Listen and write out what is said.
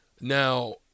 Now